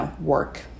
work